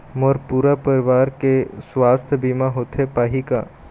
मोर पूरा परवार के सुवास्थ बीमा होथे पाही का?